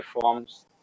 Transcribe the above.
forms